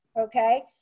Okay